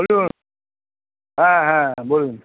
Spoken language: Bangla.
বলুন হ্যাঁ হ্যাঁ বলুন